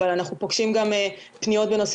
אבל אנחנו פוגשים גם פניות בנושא